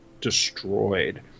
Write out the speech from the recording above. destroyed